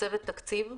צוות תקציב,